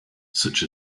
such